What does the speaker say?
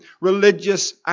religious